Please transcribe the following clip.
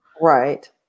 Right